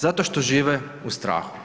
Zato što žive u strahu.